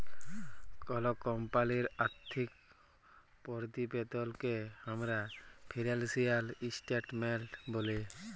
call কমপালির আথ্থিক পরতিবেদলকে আমরা ফিলালসিয়াল ইসটেটমেলট ব্যলি